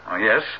Yes